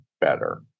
better